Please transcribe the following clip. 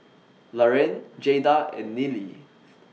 Laraine Jayda and Neely